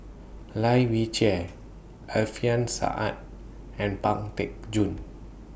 Lai Weijie Alfian Sa'at and Pang Teck Joon